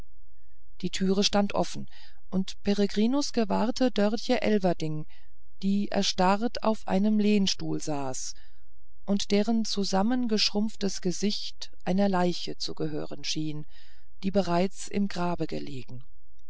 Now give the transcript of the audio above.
die türe stand offen und peregrinus gewahrte dörtje elverdink die erstarrt auf einem lehnstuhl saß und deren zusammengeschrumpftes gesicht einer leiche zu gehören schien die bereits im grabe gelegen